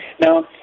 Now